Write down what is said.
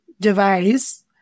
device